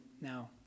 now